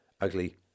ugly